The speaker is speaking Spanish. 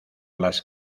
las